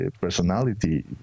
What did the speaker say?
personality